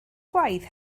gwaith